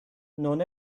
non